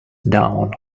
down